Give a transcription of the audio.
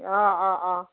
অঁ অঁ অঁ